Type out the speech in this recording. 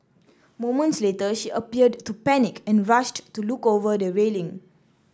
moments later she appeared to panic and rushed to look over the railing